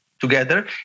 together